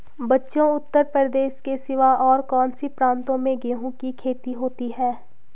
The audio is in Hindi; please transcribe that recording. बच्चों उत्तर प्रदेश के सिवा और कौन से प्रांतों में गेहूं की खेती होती है?